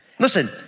Listen